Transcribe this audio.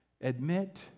Admit